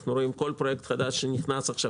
אנחנו רואים כל פרויקט חדש שנכנס עכשיו.